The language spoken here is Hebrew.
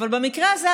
אבל במקרה הזה,